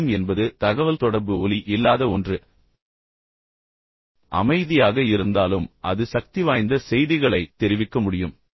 மௌனம் என்பது தகவல்தொடர்பு ஒலி இல்லாத ஒன்று அமைதியாக இருந்தாலும் அது சக்திவாய்ந்த செய்திகளைத் தெரிவிக்க முடியும்